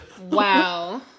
Wow